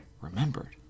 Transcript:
remembered